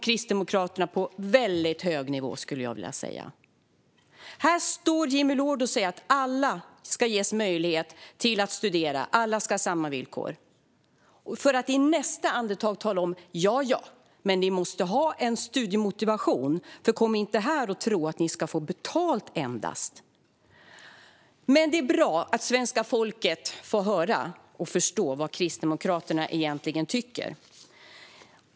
Kristdemokraterna visar här ett hyckleri på väldigt hög nivå. Jimmy Loord säger att alla ska ges möjlighet att studera. Alla ska ha samma villkor. I nästa andetag säger han: Jaja, men ni måste ha studiemotivation. Kom inte här och tro att ni endast ska få betalt. Det är dock bra att svenska folket får höra och förstå vad Kristdemokraterna egentligen tycker.